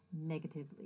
negatively